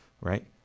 right